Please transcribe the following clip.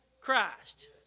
Christ